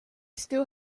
still